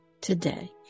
today